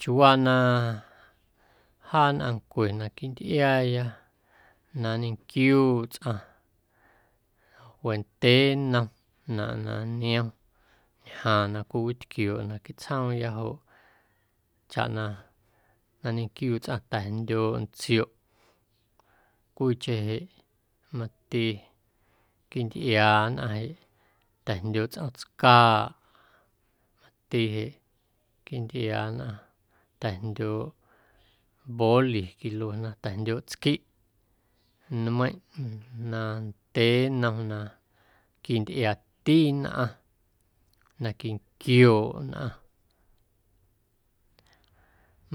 Chiuuwaa na jaa nnꞌaⁿncue na quintꞌiaaya na nñenquiuuꞌ tsꞌaⁿ wendyee nnom naⁿꞌ na niom ñjaaⁿ na cwiwitquiooꞌ naquiiꞌ tsjoomya joꞌ chaꞌ na na nñenquiuuꞌ tsꞌaⁿ ta̱jndyooꞌ ntsioꞌ cwiicheⁿ jeꞌ mati quintꞌiaa nnꞌaⁿ jeꞌ ta̱jndyooꞌ tsꞌoom tscaaꞌ mati jeꞌ quintꞌiaa nnꞌaⁿ ta̱jndyooꞌ boli quiluena ta̱jndyooꞌ tsquiꞌ nmeiⁿꞌ na ndyee nnom na quintꞌiaati nnꞌaⁿ na quinquiooꞌ nnꞌaⁿ